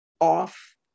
off